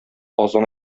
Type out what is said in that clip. азан